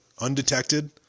undetected